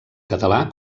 català